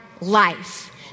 life